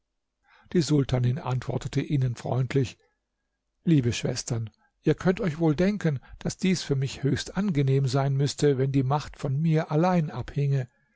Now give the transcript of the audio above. die sultanin antwortete ihnen freundlich liebe schwestern ihr könnt euch wohl denken daß dies für mich höchst angenehm sein müßte wenn die macht von mir allein abhinge